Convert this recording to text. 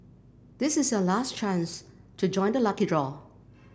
this is your last chance to join the lucky draw